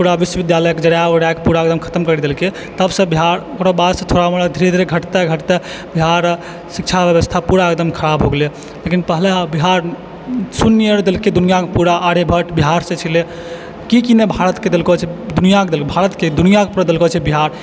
पूरा विश्वविद्यालय कऽ जराए उराए कऽ पूरा एकदम खतम करि देलकै तब से बिहार थोड़ा मोड़ा धीरे धीरे घटतऽ बिहार शिक्षा व्यवस्था पूरा एकदम खराब हो गेलै लेकिन पहले बिहार शून्य देलकै दुनिया के पूरा आर्यभट्ट बिहार सऽ छलै की की नहि भारत के देलको छै दुनिआ के देलकै भारत के दुनिआ के दलको छै बिहार